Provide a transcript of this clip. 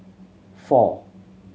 four